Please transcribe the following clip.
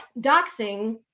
doxing